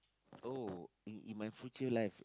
oh in in my future life